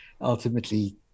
ultimately